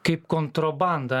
kaip kontrobandą